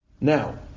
Now